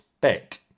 bet